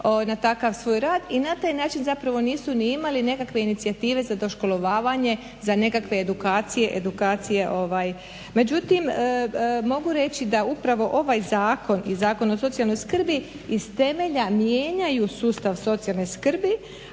na takav svoj rad i na taj način zapravo nisu ni imali nekakve inicijative za doškolovavanje, za nekakve edukacije. Međutim, mogu reći da upravo ovaj Zakon i Zakon o socijalnoj skrbi iz temelja mijenjaju sustav socijalne skrbi,